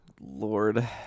lord